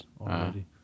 already